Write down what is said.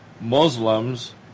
Muslims